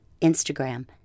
Instagram